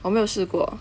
我没有试过